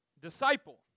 disciple